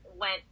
went